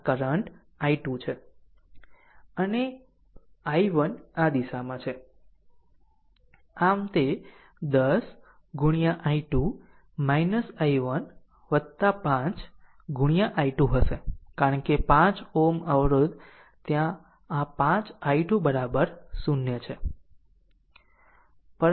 અને i1 આ દિશામાં છે આમ તે 10 i2 i1 5 i2 હશે કારણ કે આ 5 Ω અવરોધ ત્યાં આ 5 i2 0 છે